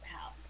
house